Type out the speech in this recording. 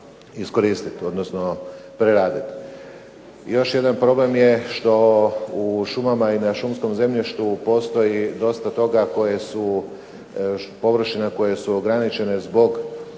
iskoristi, odnosno preraditi. Još jedan problem je što u šumama i na šumskom zemljištu postoji dosta toga koje su, površina koje su ograničene zbog